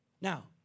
Now